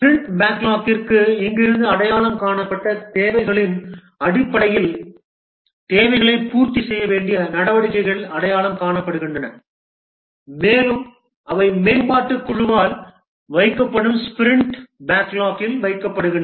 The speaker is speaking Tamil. ஸ்பிரிண்ட் பேக்லாக்கில் இங்கிருந்து அடையாளம் காணப்பட்ட தேவைகளின் அடிப்படையில் தேவைகளை பூர்த்தி செய்ய வேண்டிய நடவடிக்கைகள் அடையாளம் காணப்படுகின்றன மேலும் அவை மேம்பாட்டுக் குழுவால் வைக்கப்படும் ஸ்பிரிண்ட் பேக்லாக் இல் வைக்கப்படுகின்றன